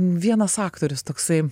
vienas aktorius toksai